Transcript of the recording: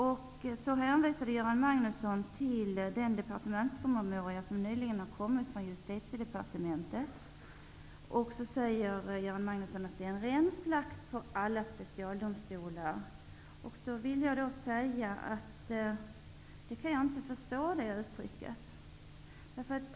Göran Magnusson hänvisar till den departementspromemoria som nyligen har kommit från Justitiedepartementet. Göran Magnusson säger att den innebär ren slakt på specialdomstolar. Jag kan inte förstå det.